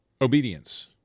obedience